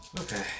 Okay